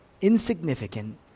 insignificant